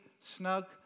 snug